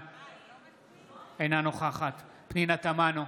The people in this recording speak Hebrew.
אינה נוכחת פנינה תמנו,